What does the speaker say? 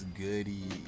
goody